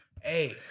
Hey